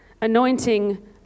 Anointing